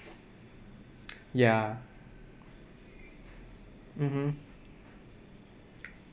yeah mmhmm